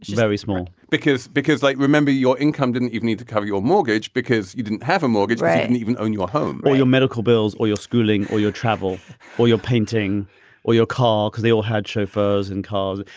very small because because like remember, your income didn't even need to cover your mortgage because you didn't have a mortgage and even owned your home or your medical bills or your schooling or your travel or your painting or your car because they all had chauffeurs and cars.